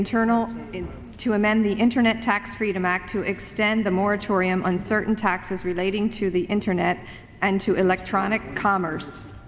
internal to amend the internet tax freedom act to extend the moratorium on certain taxes relating to the internet and to electronic commerce